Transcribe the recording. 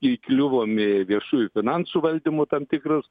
įkliuvom į viešųjų finansų valdymo tam tikrus